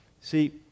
See